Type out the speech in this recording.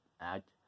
act